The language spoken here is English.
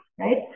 right